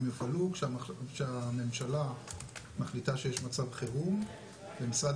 הן יופעלו כשהממשלה מחליטה שיש מצב חירום ומשרד